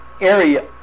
area